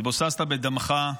התבוססת בדמך,